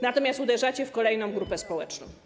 Natomiast uderzacie w kolejną grupę społeczną.